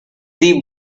the